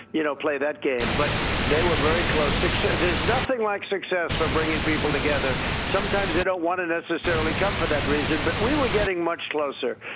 you know, play that game. but they were very close. there's nothing like success for bringing people together. sometimes they don't want to necessarily come for that reason, but we were getting much closer.